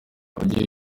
ujye